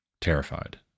terrified